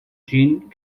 jeanne